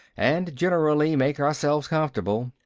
and generally make ourselves comfortable.